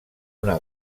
una